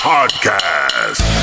Podcast